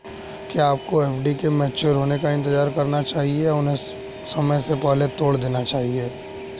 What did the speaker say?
क्या आपको एफ.डी के मैच्योर होने का इंतज़ार करना चाहिए या उन्हें समय से पहले तोड़ देना चाहिए?